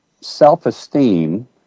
self-esteem